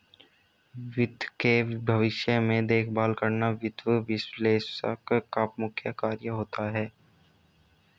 वित्त के भविष्य में देखभाल करना वित्त विश्लेषक का मुख्य कार्य होता है